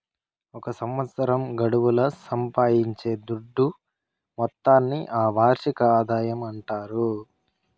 ఒక సంవత్సరం గడువుల సంపాయించే దుడ్డు మొత్తాన్ని ఆ వార్షిక ఆదాయమంటాండారు